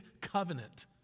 covenant